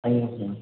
சொல்லுங்கள் சார்